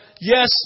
yes